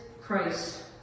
Christ